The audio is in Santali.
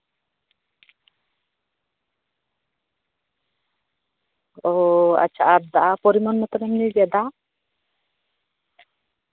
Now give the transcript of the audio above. ᱚ ᱟᱪᱪᱷᱟ ᱫᱟᱜ ᱯᱚᱨᱤᱢᱟᱱ ᱢᱚᱛᱚᱢ ᱧᱩᱭ ᱜᱮᱭᱟ ᱫᱟᱜ